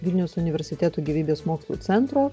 vilniaus universiteto gyvybės mokslų centro